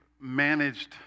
managed